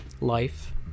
life